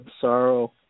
sorrow